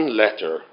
letter